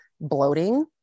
bloating